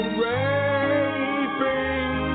raping